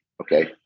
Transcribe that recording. Okay